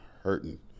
hurting